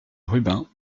rubin